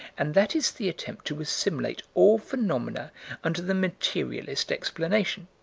and that is the attempt to assimilate all phenomena under the materialist explanation,